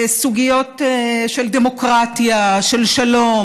סוגיות של דמוקרטיה, של שלום.